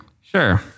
Sure